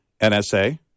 NSA